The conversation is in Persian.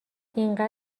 اینقدر